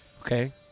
okay